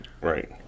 right